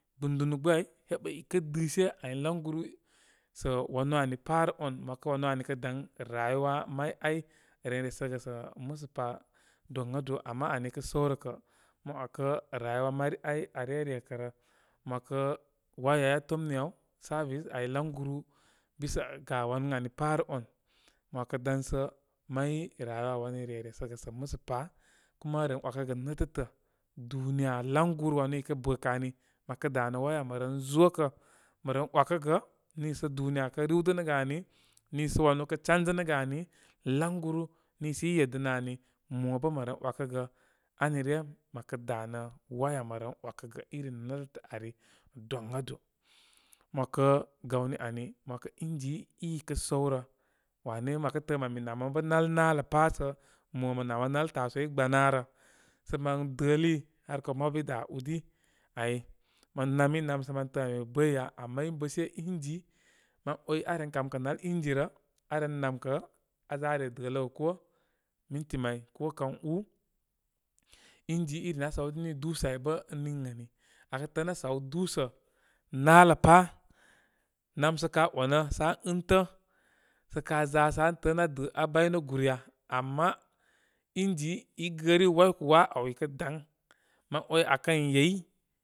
Gbɨndunu gbɨ āy, heɓə i kə' dɨ she. Ay laŋguru sə' waru āni pā rə on, mə wakə wana ani kə daŋ, rayuwa may āy ren resəgə sə' musə pa, doŋado. Ama ani kə' səwrə kə', mo wakə rayuwa mari ay are rekə'rə. Mə 'wakə wayay aa tomni āw, service āy laŋguru, bisa ga wan ən ani pā rə on. Mo 'wakə danso, may rayuwa wani re resəgə sə musə pa kuma ren 'wakəgə netātatā duniya laŋguru wanu i kə bəkə ani. Məkə' danə waya mə ren zo kə, mə ren 'wakəgə niiso duniya kə' riwdənəgə ani. Niiso wanu kə' changənə ani. Laŋguru niisə i ye dənə ani, mo bə' mə ren 'wakəgə ani ryə mə kə' danə waya mə ren 'wakəgə irin netətə ari doŋado. Mo 'wakə gawni ani, mə wakə ingi, i, i, kə' səw rə wame mə kə təə' men bə namə bə nal naləpa sə, mo mə namə nāl tasuwai gbanarə sə mən dəli, arkaw mabu i dā ū di. Ay mən way aren kam kə' nal ingi rə', aren namkə, aa za aren dələgə koo. Minti may koo kən ū. ingin irin aa sawdini dūsə ay bə ən niŋ ani. Akə tāā ən aa saw dusə nal lə pā. Nam sə kā onə sə an ɨnə' sə ka za sə an tə'ə' də aa bəynə'gūr ya? Ama ɨngi i gəri wayku, wa aw i daŋ. Mən 'way akə yey.